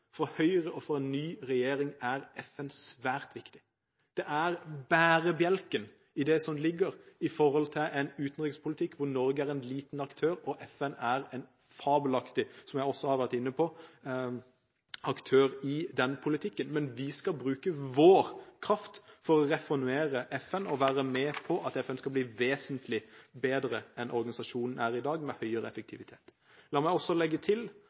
For Høyre og for en ny regjering er FN svært viktig. Det er bærebjelken i en utenrikspolitikk hvor Norge er en liten aktør, og FN er, som jeg også har vært inne på, en fabelaktig aktør i den politikken. Men vi skal bruke vår kraft til å reformere FN og være med på at FN skal bli vesentlig bedre enn organisasjonen er i dag, med høyere effektivitet. La meg også legge til